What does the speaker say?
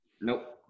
Nope